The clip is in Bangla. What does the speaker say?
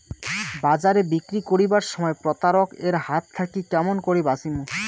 বাজারে বিক্রি করিবার সময় প্রতারক এর হাত থাকি কেমন করি বাঁচিমু?